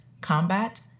combat